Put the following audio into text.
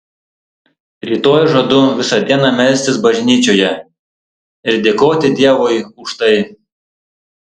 rytoj žadu visą dieną melstis bažnyčioje ir dėkoti dievui už tai